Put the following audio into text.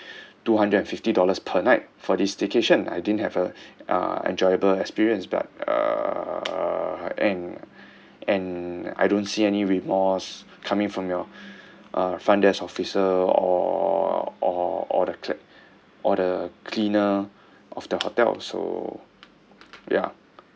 two hundred and fifty dollars per night for this staycation I didn't have a uh enjoyable experience but uh and and I don't see any remorse coming from your uh front desk officer or or or the cl~ or the cleaner of the hotel so ya